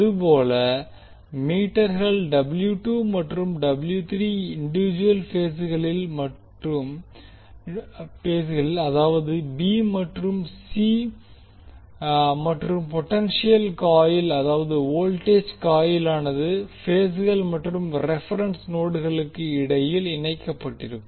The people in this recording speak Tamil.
அதுபோல மீட்டர்கள் மற்றும் இண்டிவிட்ஜுவல் பேஸ்களில் அதாவது b மற்றும் c மற்றும் பொடென்ஷியல் காயில் அதாவது வோல்டேஜ் காயிலானது பேஸ்கள் மற்றும் ரெபெரென்ஸ் நோடுகளுக்கு இடையில் இணைக்கப்பட்டிருக்கும்